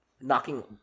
knocking